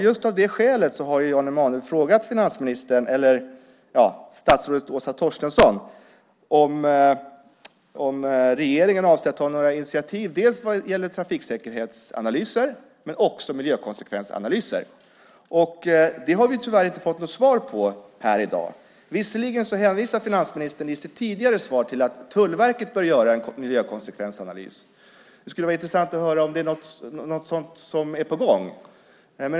Just av det skälet har Jan Emanuel frågat statsrådet Åsa Torstensson om regeringen avser att ta några initiativ dels vad gäller trafiksäkerhetsanalyser, dels vad gäller miljökonsekvensanalyser. Det har vi tyvärr inte fått något svar på här i dag. Visserligen hänvisar finansministern i sitt tidigare svar till att Tullverket bör göra en miljökonsekvensanalys. Det skulle vara intressant att höra om det är något sådant på gång.